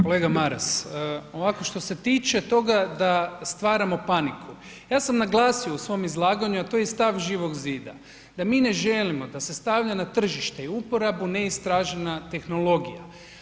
Kolega Maras, ovako što se tiče toga da stvaramo paniku, ja sam naglasio u svom izlaganju, a to je i stav Živog zida da mi ne želimo da se stavlja na tržište i uporabu neistražena tehnologija.